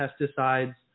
pesticides